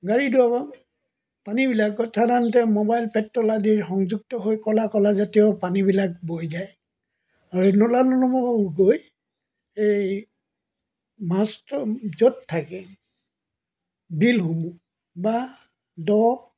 গাড়ী ধোৱা পানীবিলাকত সাধাৰণতে মোবাইল পেট্ৰ'ল আদিৰ সংযুক্ত হৈ কলা কলাজাতীয় পানীবিলাক বৈ যায় আৰু এই নলা নৰ্দমাবোৰ গৈ এই মাছটো য'ত থাকে বিলসমূহ বা দ